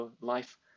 life